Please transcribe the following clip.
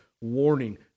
warning